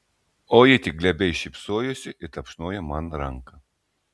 o ji tik glebiai šypsojosi ir tapšnojo man ranką